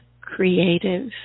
creative